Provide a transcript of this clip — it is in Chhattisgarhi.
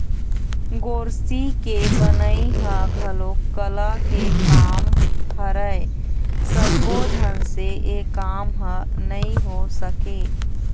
गोरसी के बनई ह घलोक कला के काम हरय सब्बो झन से ए काम ह नइ हो सके